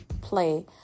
play